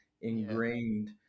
ingrained